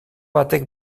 batek